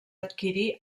adquirir